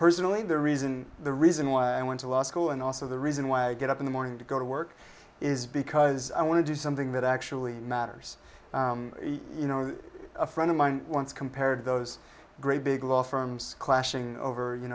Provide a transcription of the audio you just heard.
personally the reason the reason why i went to law school and also the reason why i get up in the morning to go to work is because i want to do something that actually matters you know a friend of mine once compared those great big law firms clashing over you